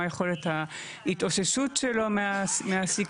מה יכולת ההתאוששות שלו מהסיכונים.